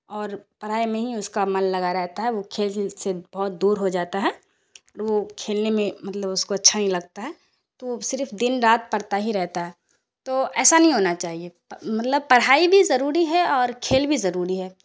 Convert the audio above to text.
اور پڑھائی میں ہی اس کا من لگا رہتا ہے وہ کھیل سے بہت دور ہو جاتا ہے اور وہ کھیلنے میں مطلب اس کو اچھا نہیں لگتا ہے تو صرف دن رات پڑھتا ہی رہتا ہے تو ایسا نہیں ہونا چاہیے مطلب پڑھائی بھی ضروری ہے اور کھیل بھی ضروری ہے